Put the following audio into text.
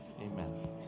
amen